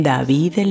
David